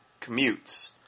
commutes